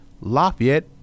Lafayette